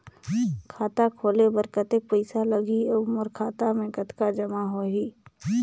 खाता खोले बर कतेक पइसा लगही? अउ मोर खाता मे कतका जमा होही?